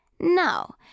No